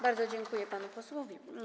Bardzo dziękuję panu posłowi.